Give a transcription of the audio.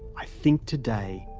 i think, today,